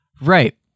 Right